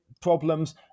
problems